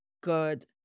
good